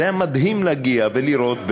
זה היה מדהים להגיע ולראות,